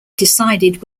decided